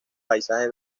paisaje